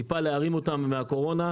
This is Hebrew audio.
טיפה להרים אותם מהקורונה.